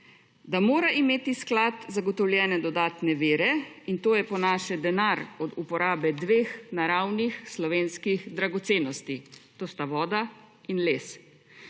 da mora imeti sklad zagotovljene dodatne vere – in to je po naše denar od uporabe dveh naravnih slovenskih dragocenosti, to sta voda in les.